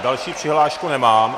Další přihlášku nemám.